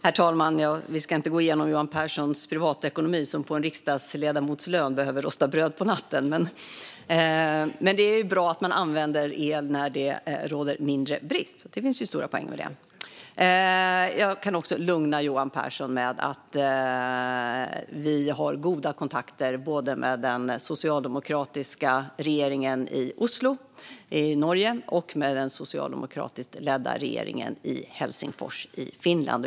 Fru talman! Vi ska kanske inte gå igenom Johan Pehrsons privatekonomi, även om han menar att han med en riksdagsledamots lön behöver rosta bröd på natten. Men det är ju bra att använda el när det råder mindre brist, så det finns det stora poänger med! Jag kan också lugna Johan Pehrson med att vi har goda kontakter både med den socialdemokratiska regeringen i Oslo i Norge och med den socialdemokratiskt ledda regeringen i Helsingfors i Finland.